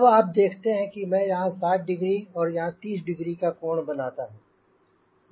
अब आप देखते हैं मैं यहाँ 60 डिग्री और यहाँ 30 डिग्री का कोण बनाता हूँ